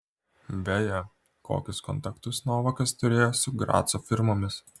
beje kokius kontaktus novakas turėjo su graco firmomis